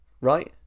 right